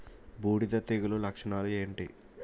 బూడిద తెగుల లక్షణాలు ఏంటి?